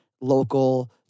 local